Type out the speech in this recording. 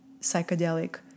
psychedelic